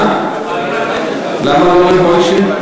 למה לא ר' מוישה?